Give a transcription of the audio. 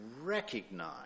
recognize